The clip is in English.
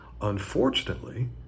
unfortunately